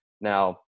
Now